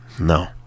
No